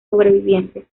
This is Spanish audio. sobrevivientes